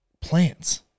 plants